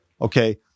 okay